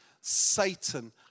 Satan